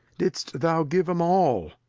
didst thou give them all?